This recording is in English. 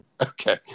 Okay